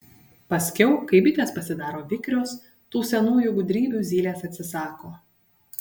paskiau kai bitės pasidaro vikrios tų senųjų gudrybių zylės atsisako